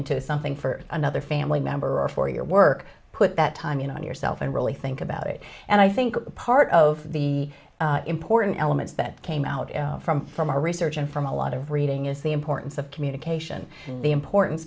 nto something for another family member or for your work put that time you know on yourself and really think about it and i think part of the important elements that came out from from our research and from a lot of reading is the importance of communication and the importan